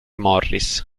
morris